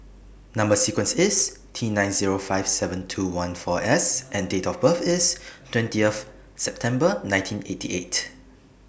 Number sequence IS T nine Zero five seven two one four S and Date of birth IS twentieth September nineteen eighty eight